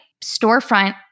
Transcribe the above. storefront